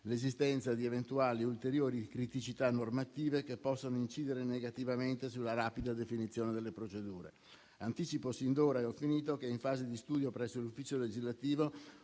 l'esistenza di eventuali ulteriori criticità normative che possono incidere negativamente sulla rapida definizione delle procedure. Anticipo sin d'ora, in conclusione, che è in fase di studio presso l'ufficio legislativo